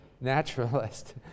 naturalist